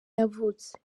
yavutse